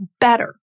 better